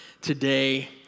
today